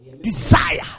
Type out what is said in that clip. Desire